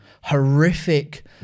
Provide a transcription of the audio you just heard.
horrific